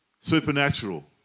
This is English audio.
supernatural